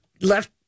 left